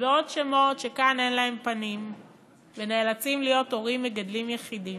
ועוד שמות שכאן אין להם פנים ונאלצים להיות הורים מגדלים יחידים.